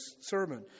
sermon